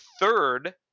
third